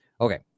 Okay